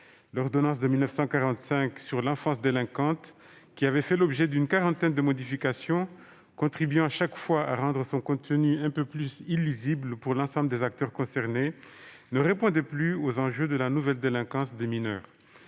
L'ordonnance de 1945 relative à l'enfance délinquante, qui avait fait l'objet d'une quarantaine de modifications, contribuant chaque fois à rendre son contenu un peu plus illisible pour l'ensemble des acteurs concernés, ne permettait plus de faire face aux enjeux de la nouvelle délinquance des mineurs.